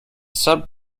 sub